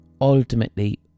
Ultimately